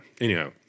Anyhow